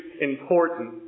important